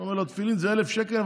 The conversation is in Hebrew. אומר לו: תפילין זה 1,000 שקל,